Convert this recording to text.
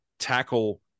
tackle